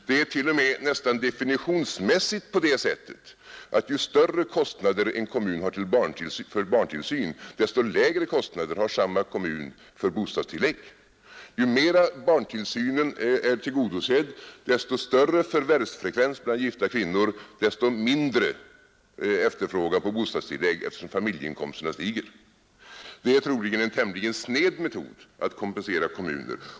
Det är t.o.m. nästan definitionsmässigt på det sättet att ju större kostnader en kommun har för barntillsyn, desto lägre kostnader har samma kommun för bostadstillägg. Ju bättre barntillsynen är tillgodosedd, desto större förvärvsfrekvens bland gifta kvinnor och desto mindre efterfrågan på bostadstillägg, eftersom familjeinkomsterna stiger. Det är troligen en tämligen sned metod för att kompensera kommuner.